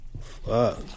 Fuck